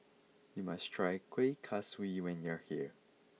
you must try Kuih Kaswi when you are here